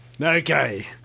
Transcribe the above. Okay